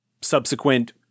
subsequent